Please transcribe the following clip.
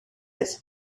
its